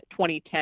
2010